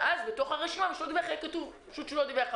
ובתוך הרשימה יהיה כתוב ליד מי שלא דיווח שהוא לא דיווח.